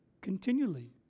continually